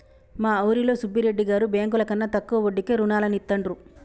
మా ఊరిలో సుబ్బిరెడ్డి గారు బ్యేంకుల కన్నా తక్కువ వడ్డీకే రుణాలనిత్తండ్రు